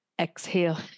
Exhale